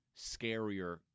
scarier